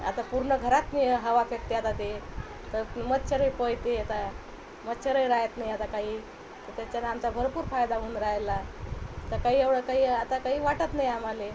आता पूर्ण घरातनी हवा फेकते आता ते तर मच्छर पळते आता मच्छरही राहत नाही आता काही तर त्याच्यानं आमचा भरपूर फायदा होऊन राहिला तर काही एवढं काही आता काही वाटत नाही आम्हाले